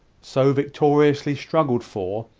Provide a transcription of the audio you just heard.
so victoriously struggled for,